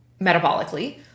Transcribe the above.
metabolically